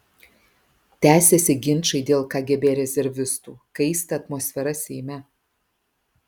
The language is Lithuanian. tęsiasi ginčai dėl kgb rezervistų kaista atmosfera seime